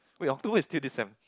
wait afterwards is still this sem